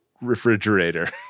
refrigerator